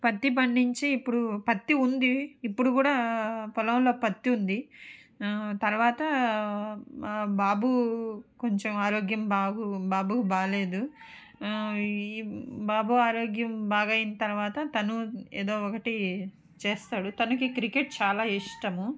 పత్తి పండించి ఇప్పుడు పత్తి ఉంది ఇప్పుడు కూడా పొలంలో పత్తి ఉంది తరువాత బాబు కొంచెం ఆరోగ్యం బాబు బాబుకి బాగలేదు ఈ బాబు ఆరోగ్యం బాగు అయినా తరువాత తను ఏదో ఒకటి చేస్తాడు తనకి క్రికెట్ చాలా ఇష్టము